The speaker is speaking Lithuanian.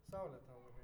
saulė tau labai